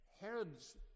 Herod's